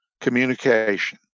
communication